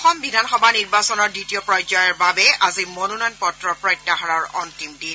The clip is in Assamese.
অসম বিধান সভা নিৰ্বাচনৰ দ্বিতীয় পৰ্যায়ৰ বাবে আজি মনোনয়ন পত্ৰ প্ৰত্যাহাৰৰ অন্তিম দিন